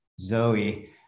Zoe